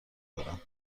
دارم